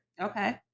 Okay